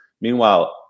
Meanwhile